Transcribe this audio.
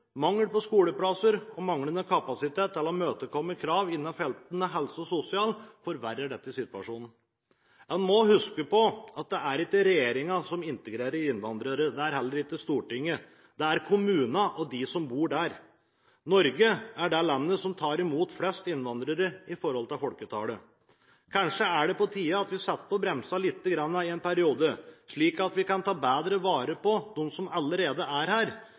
mangel på skoleplasser samt manglende kapasitet til å imøtekomme krav innenfor helse- og sosialfeltet, forverrer dette situasjonen. En må huske at det er ikke regjeringen som integrerer innvandrere, det er heller ikke Stortinget; det er kommunene og de som bor der. Norge er det landet som tar imot flest innvandrere i forhold til folketallet. Kanskje er det på tide at vi setter på bremsene litt i en periode, slik at vi kan ta bedre vare på de som allerede er her,